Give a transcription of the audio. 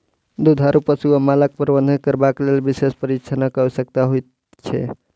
दुधारू पशु वा मालक प्रबंधन करबाक लेल विशेष प्रशिक्षणक आवश्यकता होइत छै